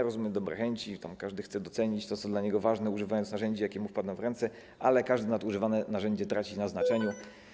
Rozumiem dobre chęci, każdy chce docenić to, co dla niego ważne, używając narzędzi, jakie mu wpadną w ręce, ale każde nadużywane narzędzie traci na znaczeniu.